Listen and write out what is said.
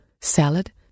salad